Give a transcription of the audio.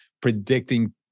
predicting